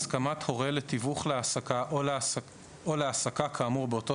הסכמת הורה לתיווך להעסקה או להעסקה כאמור באותו